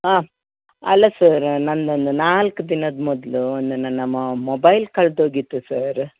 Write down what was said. ಹಾಂ ಅಲ್ಲ ಸರಾ ನಂದೊಂದು ನಾಲ್ಕು ದಿನದ ಮೊದಲು ನನ್ನ ಮೊಬೈಲ್ ಕಳ್ದೋಗಿತ್ತು ಸರ್